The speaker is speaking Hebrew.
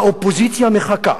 האופוזיציה מחכה,